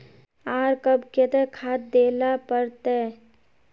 आर कब केते खाद दे ला पड़तऐ?